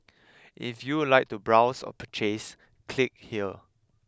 if you would like to browse or purchase click here